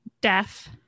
deaf